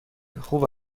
خوب